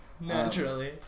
Naturally